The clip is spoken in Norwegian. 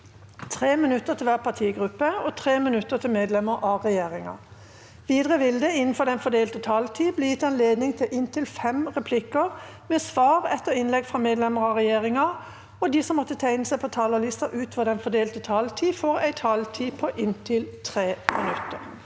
3 minutter til hver partigruppe og 3 minutter til medlemmer av regjeringa. Videre vil det – innenfor den fordelte taletida – bli gitt anledning til inntil fem replikker med svar etter innlegg fra medlemmer av regjeringa, og de som måtte tegne seg på talerlisten utover den fordelte taletida, får også en taletid på inntil 3 minutter.